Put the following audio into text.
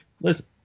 Listen